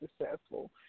successful